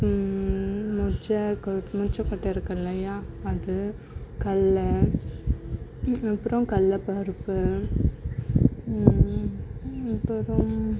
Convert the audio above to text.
மொச்சகொட்டை மொச்சை கொட்டை இருக்கு இல்லையா அது கடல அப்றம் கடலப்பருப்பு அப்பறம்